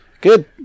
Good